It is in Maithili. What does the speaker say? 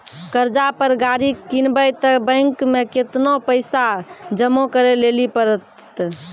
कर्जा पर गाड़ी किनबै तऽ बैंक मे केतना पैसा जमा करे लेली पड़त?